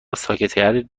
ساکتتری